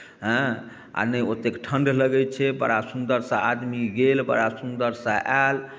हँ आ नहि ओतेक ठण्ढ लगैत छै बड़ा सुन्दरसँ आदमी गेल बड़ा सुन्दरसँ आयल